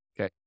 Okay